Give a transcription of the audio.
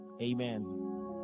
Amen